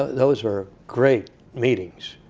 those were great meetings.